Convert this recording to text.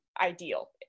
ideal